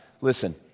listen